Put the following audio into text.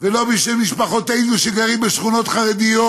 ולא בשביל משפחותינו שגרות בשכונות חרדיות,